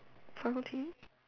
I don't think